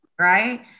right